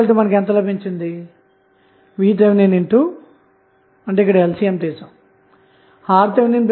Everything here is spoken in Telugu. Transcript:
కాబట్టి ఇది మిగిలిన సర్క్యూట్ అవుతుంది ఇక్కడ Rth మరియు Vthవిలువలను కనుగొనండి